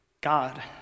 God